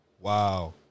Wow